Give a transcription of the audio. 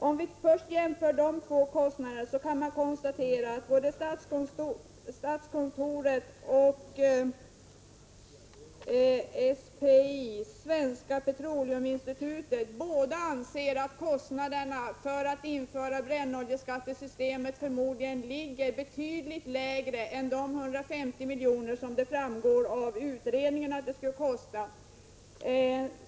Om man först jämför dessa båda kostnader kan man konstatera att både statskontoret och SPI, Svenska Petroleuminstitutet, anser att kostnaderna för att införa brännoljeskattesystemet förmodligen ligger betydligt lägre än de 150 milj.kr. som det framgår av utredningen att det skulle kosta.